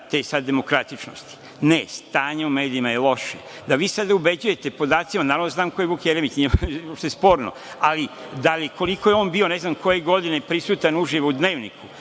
te sad demokratičnosti. Ne, stanje u medijima je loše. Vi sada ubeđujete podacima, Naravno da znam ko je Vuk Jeremić, nije uopšte sporno, ali koliko je on bio ne znam koje godine prisutan uživo u Dnevniku